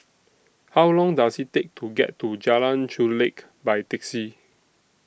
How Long Does IT Take to get to Jalan Chulek By Taxi